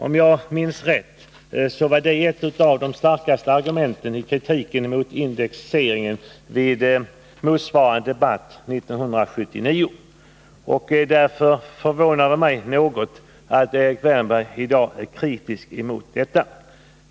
Om jag minns rätt var dessa effekter ett av de starkaste argumenten i kritiken mot indexregleringen i motsvarande debatt 1979. Därför förvånar det mig som sagt något att Erik Wärnberg i dag är kritisk mot detta.